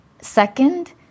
Second